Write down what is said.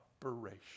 operation